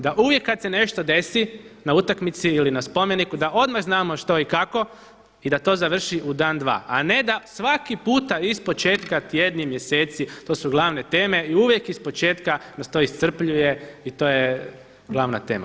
Da uvijek kada se nešto desi na utakmici ili na spomeniku da odmah znamo što i kako i da to završi u dan dva, a ne da svaki puta ispočetka tjedni, mjeseci to su glavne teme i uvijek ispočetka nas to iscrpljuje i to je glavna tema.